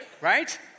right